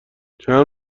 چند